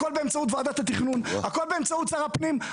הכול באמצעות ועדת התכנון, הכול באמצעות שר הפנים.